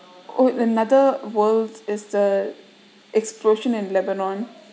oh another world is the explosion in lebanon